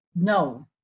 No